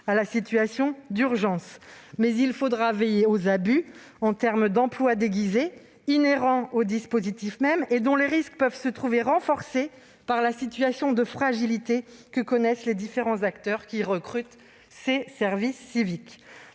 à la situation d'urgence, mais il faudra veiller aux abus en termes d'emplois déguisés, inhérents au dispositif même et dont les risques peuvent se trouver renforcés par la situation de fragilité que connaissent les différents acteurs qui recrutent ces services civiques.